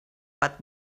but